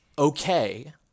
Okay